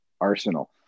Arsenal